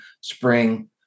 spring